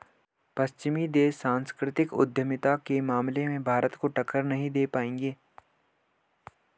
पश्चिमी देश सांस्कृतिक उद्यमिता के मामले में भारत को टक्कर नहीं दे पाएंगे